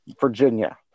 Virginia